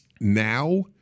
Now